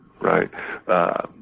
right